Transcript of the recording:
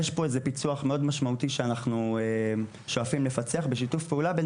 יש פה איזה פיצוח מאוד משמעותי שאנחנו שואפים לפצח בשיתוף פעולה בין